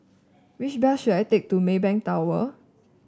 which bus should I take to Maybank Tower